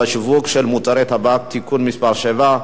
והשיווק של מוצרי טבק (תיקון מס' 7),